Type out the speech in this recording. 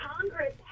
Congress